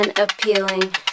appealing